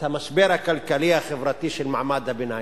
את המשבר הכלכלי-חברתי של מעמד הביניים.